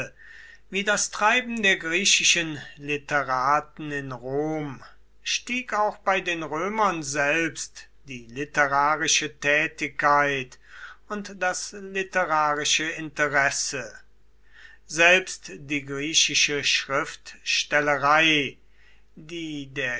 wie das treiben der griechischen literaten in rom stieg auch bei den römern selbst die literarische tätigkeit und das literarische interesse selbst die griechische schriftstellerei die der